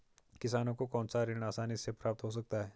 किसानों को कौनसा ऋण आसानी से प्राप्त हो सकता है?